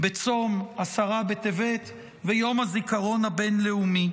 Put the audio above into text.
בצום עשרה בטבת, יום הזיכרון הבין-לאומי.